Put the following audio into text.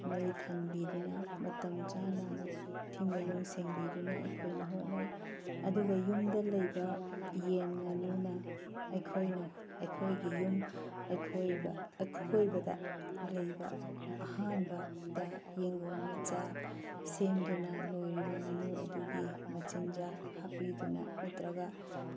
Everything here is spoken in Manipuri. ꯃꯩ ꯊꯥꯟꯕꯤꯗꯨꯅ ꯃꯇꯝ ꯆꯥꯅ ꯃꯊꯤ ꯃꯌꯨꯡ ꯁꯦꯡꯕꯤꯗꯨꯅ ꯑꯩꯈꯣꯏꯅ ꯍꯣꯠꯅꯩ ꯑꯗꯨꯒ ꯌꯨꯝꯗ ꯂꯩꯕ ꯌꯦꯟ ꯉꯥꯅꯨꯅ ꯑꯩꯈꯣꯏꯅ ꯑꯩꯈꯣꯏꯒꯤ ꯌꯨꯝ ꯑꯀꯣꯏꯕꯗ ꯂꯩꯕ ꯑꯍꯥꯟꯕꯗ ꯌꯦꯡꯒꯣꯟ ꯃꯆꯥ ꯁꯦꯝꯗꯨꯅ ꯂꯣꯏꯔꯤꯕ ꯉꯥꯅꯨ ꯑꯗꯨꯒꯤ ꯃꯆꯤꯜꯖꯥꯛ ꯍꯥꯞꯄꯤꯗꯨꯅ ꯅꯠꯇꯔꯒ